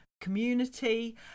community